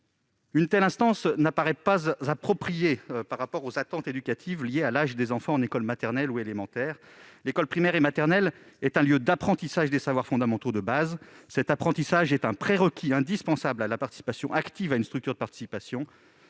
un tel conseil ne paraît pas approprié par rapport aux attentes éducatives liées à l'âge des enfants en école maternelle ou élémentaire. L'école primaire et maternelle est un lieu d'apprentissage des savoirs fondamentaux de base. Ces savoirs sont un prérequis indispensable à la participation active à une structure telle